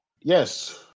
Yes